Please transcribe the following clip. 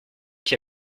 qui